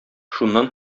шуннан